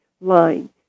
line